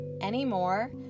anymore